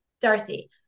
Darcy